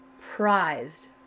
prized